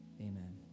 amen